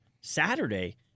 Saturday